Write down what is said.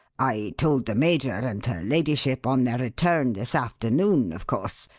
i told the major and her ladyship on their return this afternoon, of course.